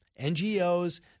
NGOs